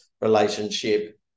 relationship